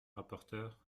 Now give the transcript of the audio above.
rapporteur